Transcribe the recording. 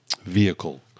vehicle